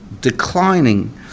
declining